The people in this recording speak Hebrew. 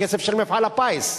כסף של מפעל הפיס,